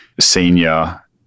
senior